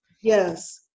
Yes